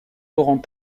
laurent